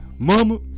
Mama